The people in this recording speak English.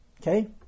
Okay